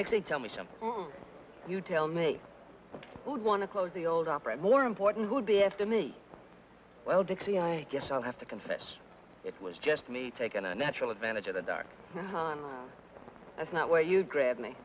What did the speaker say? actually tell me something you tell me who would want to close the old opera more important would be after me well dixie i guess i'll have to confess it was just me taking a natural advantage of the dark that's not where you grab me